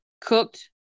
cooked